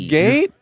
gate